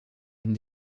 une